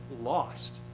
lost